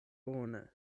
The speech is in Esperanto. bone